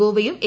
ഗോവയും A